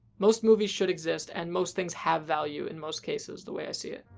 most movies should exist and most things have value in most cases, the way i see it.